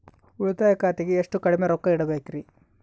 ಉಳಿತಾಯ ಖಾತೆಗೆ ಎಷ್ಟು ಕಡಿಮೆ ರೊಕ್ಕ ಇಡಬೇಕರಿ?